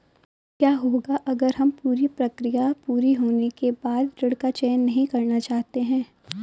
क्या होगा अगर हम पूरी प्रक्रिया पूरी होने के बाद ऋण का चयन नहीं करना चाहते हैं?